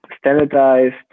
standardized